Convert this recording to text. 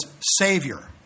Savior